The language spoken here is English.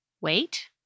wait